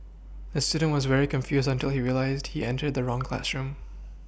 the student was very confused until he realised he entered the wrong classroom